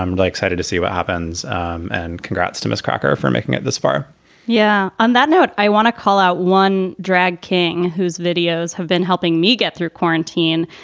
um like excited to see what happens. and congrats to miss cocker for making it this far yeah. on that note, i want to call out one drag king whose videos have been helping me get through quarantine.